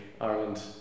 Ireland